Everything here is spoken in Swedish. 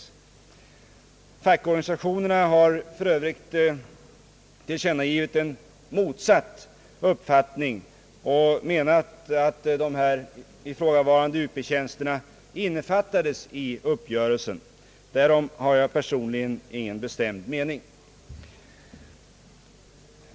Fackorganisationerna har för övrigt tillkännagivit en motsatt uppfattning och menat att de ifrågavarande Up-tjänsterna innefattades i uppgörelsen. Därom har jag personligen ingen bestämd mening.